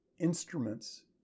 instruments